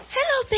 Hello